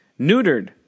Neutered